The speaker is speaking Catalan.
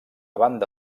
banda